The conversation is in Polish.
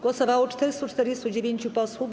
Głosowało 449 posłów.